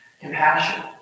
compassion